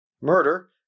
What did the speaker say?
Murder